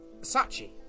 Sachi